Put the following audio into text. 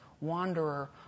wanderer